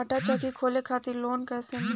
आटा चक्की खोले खातिर लोन कैसे मिली?